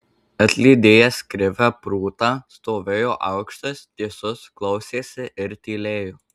atlydėjęs krivę prūtą stovėjo aukštas tiesus klausėsi ir tylėjo